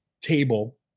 table